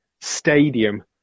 stadium